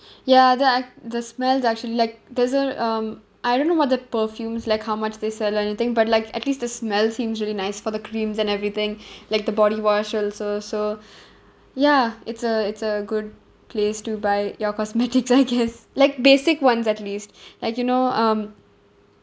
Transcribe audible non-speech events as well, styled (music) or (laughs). (breath) ya the are the smell's actually like doesn't um I don't know about the perfumes like how much they sell or anything but like at least the smell seems really nice for the creams and everything (breath) like the body wash also so (breath) ya it's a it's a good place to buy your cosmetics I guess (laughs) like basic ones at least (breath) like you know um